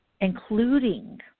including